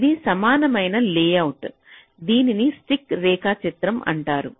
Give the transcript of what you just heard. ఇది సమానమైన లేఅవుట్ దీనిని స్టిక్ రేఖాచిత్రం అంటారు